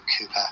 Cooper